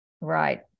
Right